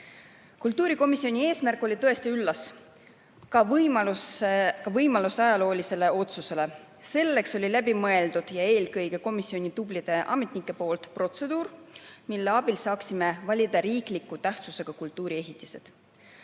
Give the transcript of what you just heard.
on. Kultuurikomisjoni eesmärk oli tõesti üllas, [tegu on võimalusega] teha ajalooline otsus. Selleks oli läbi mõeldud, eelkõige komisjoni tublide ametnike poolt, protseduur, mille abil saaksime valida riikliku tähtsusega kultuuriehitised.